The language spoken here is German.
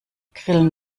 grillen